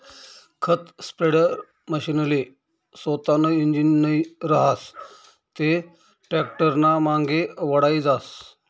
खत स्प्रेडरमशीनले सोतानं इंजीन नै रहास ते टॅक्टरनामांगे वढाई जास